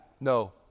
No